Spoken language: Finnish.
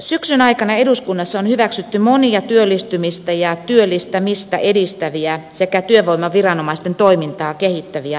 syksyn aikana eduskunnassa on hyväksytty monia työllistymistä ja työllistämistä edistäviä sekä työvoimaviranomaisten toimintaa kehittäviä lakeja